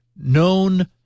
known